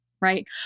right